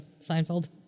Seinfeld